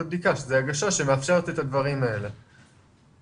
מדובר בילדים שהיו במסגרות?